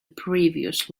previous